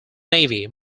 navy